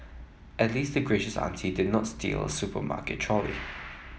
at least the gracious auntie did not steal a supermarket trolley